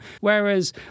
Whereas